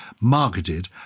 marketed